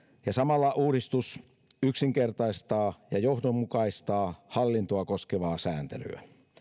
ja samalla uudistus yksinkertaistaa ja johdonmukaistaa hallintoa koskevaa sääntelyä